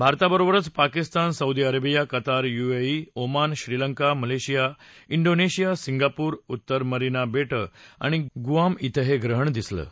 भारताबरोबरच Pakistan Saudi Arabia Qatar UAE Oman Sri Lanka Malaysia Indonesia Singapore उत्तर Mariana बेटं आणि गुआम धिं हे ग्रहण दिसणार आहे